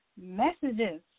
messages